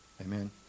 Amen